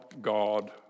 God